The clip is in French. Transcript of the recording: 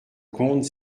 comte